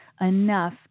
enough